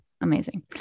amazing